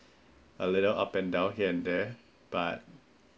a little bit up and down here and there but